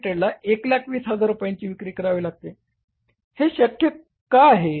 Ltd ला 120000 रुपयांची विक्री करावी लागते हे शक्य का आहे